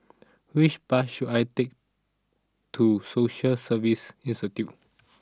which bus should I take to Social Service Institute